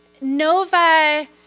Nova